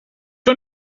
you